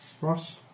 Ross